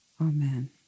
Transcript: Amen